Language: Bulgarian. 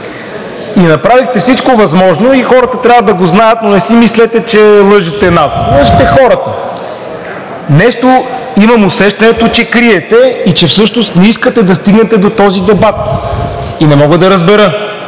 И направихте всичко възможно, и хората трябва да го знаят, но не си мислете, че лъжете нас, лъжете хората. Нещо имам усещането, че криете и че всъщност не искате да стигнете до този дебат. И не мога да разбера,